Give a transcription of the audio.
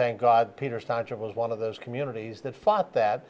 sansom was one of those communities that fought that